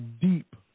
deep